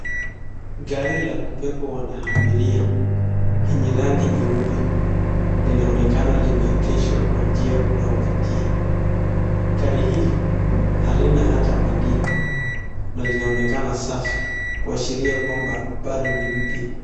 Gari la kupepa wanaabiria yenye rangi nyeupe linaonekana limeekeshwa kwa njia inayofutia gari hili halina ata mandiko na linaonekana safi kuashiria kwamba pado ni mpya.